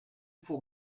ufo